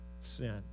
sin